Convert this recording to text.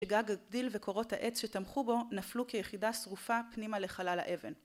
וגג גדיל וקורות העץ שתמכו בו נפלו כיחידה שרופה פנימה לחלל האבן.